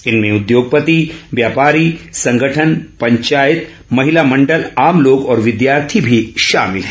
इनमें उद्योगपति व्यापारी संगठन पंचायत महिला मण्डल आम लोग और विद्यार्थी भी शामिल हैं